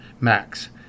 max